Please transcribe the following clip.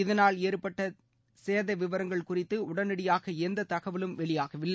இதனால் ஏற்பட்ட தேச விவரங்கள் குறித்து உடனடியாக எந்த தகவலும் வெளியாகவில்லை